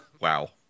Wow